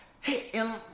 Hey